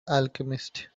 alchemist